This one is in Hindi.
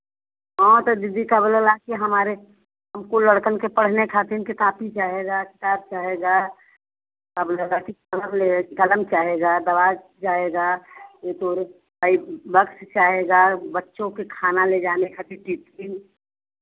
हाँ तो दीदी का क बला ला कि हमारी हमको लड़के के पढ़ने के खातिन कॉपी चाहेगा किताब चाहेगा अब कलम चाहेगा दवाद चाहेगा यह सारे बॉक्स चाहेगा बच्चों के खाना ले जाने खातिन टिफिन